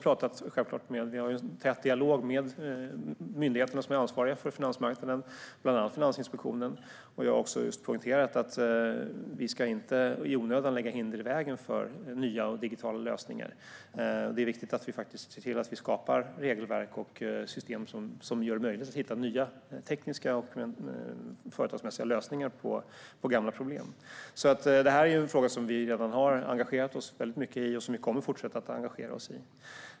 Vi har en tät dialog med de myndigheter som är ansvariga för finansmarknaden, bland annat Finansinspektionen, och jag har poängterat just att vi inte i onödan ska lägga hinder i vägen för nya och digitala lösningar. Det är viktigt att vi faktiskt ser till att skapa regelverk och system som gör det möjligt att hitta nya tekniska och företagsmässiga lösningar på gamla problem. Detta är alltså en fråga som vi redan har engagerat oss mycket i och som vi kommer att fortsätta att engagera oss i.